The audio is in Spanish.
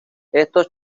estos